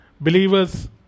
believers